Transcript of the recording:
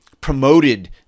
promoted